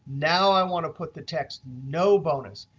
now i want to put the text no bonus.